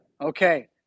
okay